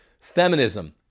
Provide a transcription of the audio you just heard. Feminism